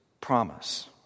promise